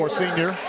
senior